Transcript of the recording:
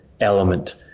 element